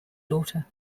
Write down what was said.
daughter